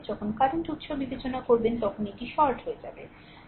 যখন কারেন্ট উৎস বিবেচনা করবে এটি শর্ট হয়ে যাবে